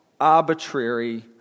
arbitrary